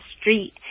street